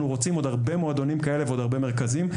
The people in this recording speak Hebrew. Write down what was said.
אנחנו רוצים עוד הרבה מועדונים כאלה ועוד הרבה מרכזים.